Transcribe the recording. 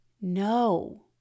No